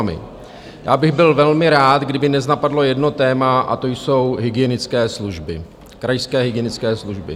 Já bych byl velmi rád, kdyby dnes napadlo jedno téma, a to jsou hygienické služby, krajské hygienické služby.